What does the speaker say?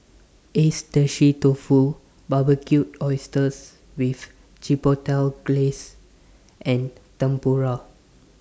Agedashi Dofu Barbecued Oysters with Chipotle Glaze and Tempura